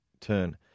turn